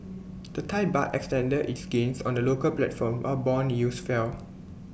the Thai Baht extended its gains on the local platform while Bond yields fell